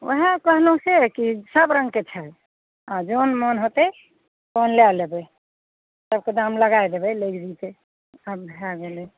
ओहए कहलहुॅं से कि सब रङ्गके छै आ जौन मन होतै तौन लए लेबै सबके दाम लगाय देबै लै लेतै आब भए गेलै